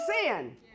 sin